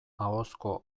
ahozko